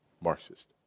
Marxist